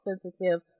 sensitive